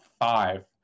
five